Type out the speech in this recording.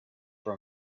for